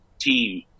team